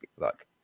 look